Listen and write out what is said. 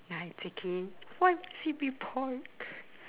ya it's okay why must it be pork